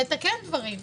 שנתקן דברים.